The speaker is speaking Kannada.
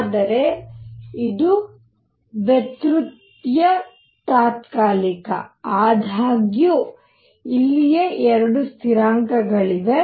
ಆದರೆ ಇದು ವ್ಯುತ್ಪತ್ತಿ ತಾತ್ಕಾಲಿಕ ಆದಾಗ್ಯೂ ಇಲ್ಲಿಯೇ ಎರಡು ಸ್ಥಿರಾಂಕಗಳಿವೆ